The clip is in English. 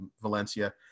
Valencia